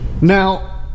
Now